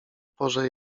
porze